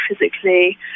physically